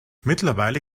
mittlerweile